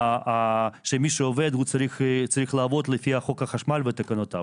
שמי שעובד צריך לעבוד לפי חוק החשמל ותקנותיו.